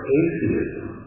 atheism